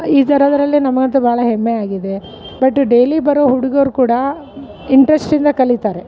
ಈಥರದ್ರಲ್ಲೆ ನಮಗಂತು ಭಾಳ ಹೆಮ್ಮೆಯಾಗಿದೆ ಬಟ್ ಡೇಲಿ ಬರೋ ಹುಡುಗರು ಕೂಡ ಇಂಟ್ರೆಸ್ಟ್ಯಿಂದ ಕಲಿತಾರೆ